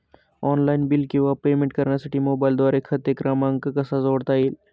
Online bill किंवा payment करण्यासाठी मोबाईलद्वारे खाते क्रमांक कसा जोडता येईल?